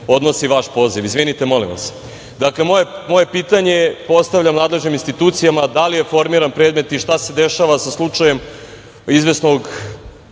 odnosi vaš poziv. Dakle, moje pitanje postavljam nadležnim institucijama - da li je formiran predmet i šta se dešava sa slučajem izvesnog